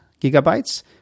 gigabytes